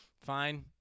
fine